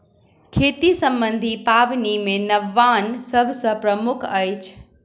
खेती सम्बन्धी पाबनि मे नवान्न सभ सॅ प्रमुख अछि